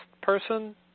person